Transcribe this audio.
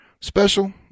special